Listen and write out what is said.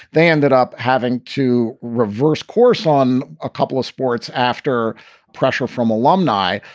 they ended up having to reverse course on a couple of sports after pressure from alumni.